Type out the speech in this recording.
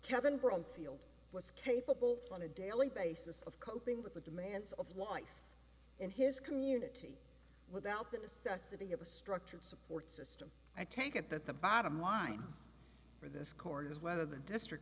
kevin bromfield was capable on a daily basis of coping with the demands of life in his community without the necessity of a structured support system i take it that the bottom line for this court is whether the district